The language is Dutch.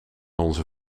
onze